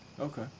okay